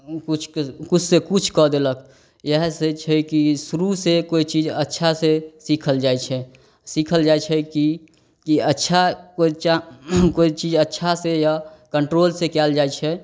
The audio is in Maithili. किछुके किछुसे किछु कऽ देलक इएहसे छै कि शुरूसे कोइ चीज अच्छासे सिखल जाइ छै सिखल जाइ छै कि अच्छा कोइ अच्छा कोइ चीज अच्छासे यऽ कन्ट्रोल से कएल जाइ छै